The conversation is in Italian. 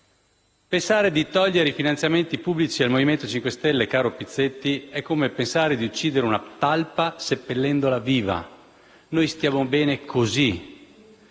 Pensare di togliere i finanziamenti pubblici al Movimento 5 Stelle, caro Pizzetti, è come pensare di uccidere una talpa seppellendola viva. Noi stiamo bene così.